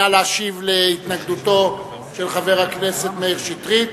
נא להשיב על התנגדותו של חבר הכנסת מאיר שטרית.